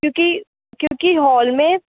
क्योंकि क्योंकि हॉल में